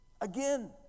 Again